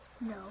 No